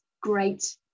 great